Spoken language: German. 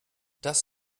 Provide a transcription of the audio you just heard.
das